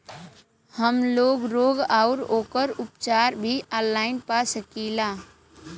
हमलोग रोग अउर ओकर उपचार भी ऑनलाइन पा सकीला?